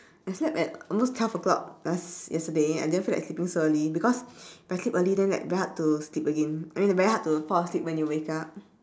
I slept at almost twelve o'clock last yesterday I didn't feel like sleeping so early because if I sleep early then that like very hard to sleep again I mean very hard to fall asleep when you wake up